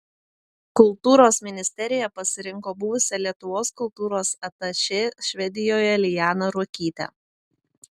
kultūros ministerija pasirinko buvusią lietuvos kultūros atašė švedijoje lianą ruokytę